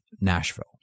Nashville